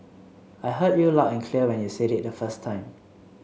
I heard you loud and clear when you said it the first time